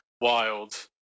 wild